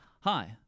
hi